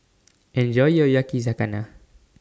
Enjoy your Yakizakana